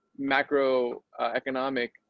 macroeconomic